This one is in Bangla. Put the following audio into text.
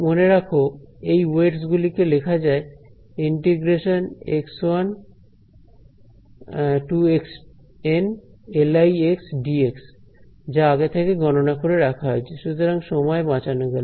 মনে রাখো এই ওয়েটস গুলিকে লেখা যায় Lidx যা আগে থেকে গণনা করে রাখা হয়েছে সুতরাং সময় বাঁচানো গেল